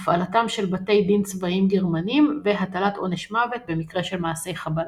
הפעלתם של בתי דין צבאיים גרמנים והטלת עונש מוות במקרה של מעשי חבלה.